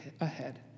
ahead